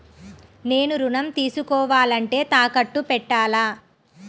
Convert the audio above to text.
నేను ఋణం తీసుకోవాలంటే తాకట్టు పెట్టాలా?